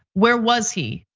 where was he?